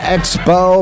Expo